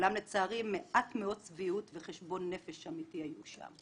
אולם לצערי מעט מאוד חשבון נפש אמיתי היו שם".